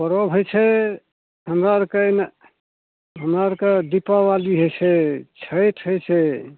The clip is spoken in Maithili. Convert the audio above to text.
परब होइ छै हमरा आओरके एहिमे हमरा आओरके दीपावली होइ छै छठि होइ छै